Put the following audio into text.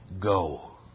Go